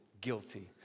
guilty